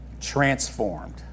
transformed